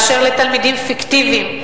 תלמידים פיקטיביים,